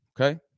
okay